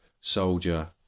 soldier